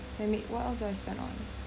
let me what else did I spent on